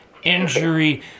injury